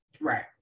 Right